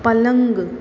पलंग